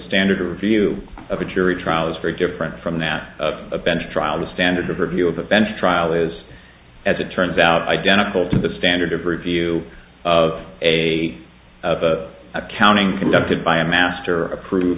standard of review of a jury trial is very different from that of a bench trial the standard of review of a bench trial is as it turns out identical to the standard of review of a accounting conducted by a master approved